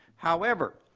however,